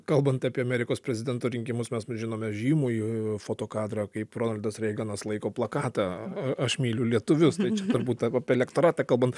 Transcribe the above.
kalbant apie amerikos prezidento rinkimus mes nu žinome žymųjį fotokadrą kaip ronaldas reiganas laiko plakatą a aš myliu lietuvius turbūt a ap elektoratą kalbant